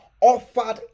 offered